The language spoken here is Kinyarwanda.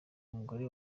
umugore